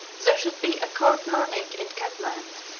there should be a court-mourning in catland,